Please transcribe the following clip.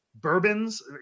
bourbons